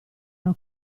una